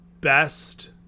best